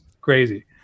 Crazy